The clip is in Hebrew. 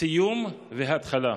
סיום והתחלה.